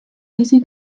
easy